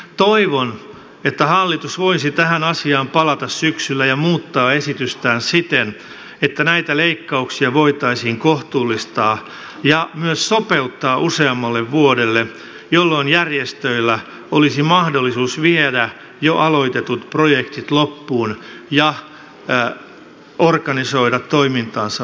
toivon että hallitus voisi tähän asiaan palata syksyllä ja muuttaa esitystään siten että näitä leikkauksia voitaisiin kohtuullistaa ja myös sopeuttaa useammalle vuodelle jolloin järjestöillä olisi mahdollisuus viedä jo aloitetut projektit loppuun ja organisoida toimintaansa uudestaan